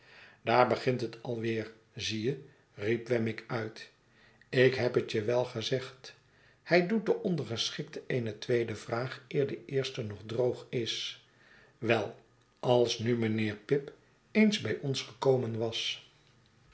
daar begint het alweer zie je i riep wemmick uit ik heb het je wel gezegd hij doet den ondergeschikte eene tweede vraag eer de eerste nog droog is wel als nu mijnheer pip eens bij ons gekomen was